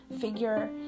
figure